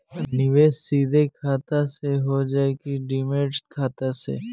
निवेश सीधे खाता से होजाई कि डिमेट खाता से?